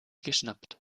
geschnappt